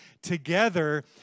Together